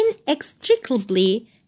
inextricably